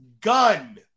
gun